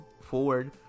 forward